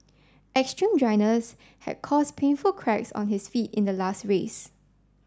extreme dryness had caused painful cracks on his feet in the last race